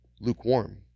lukewarm